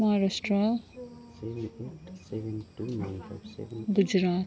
Maharashtra Gujarat